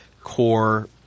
core